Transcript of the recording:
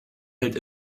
hält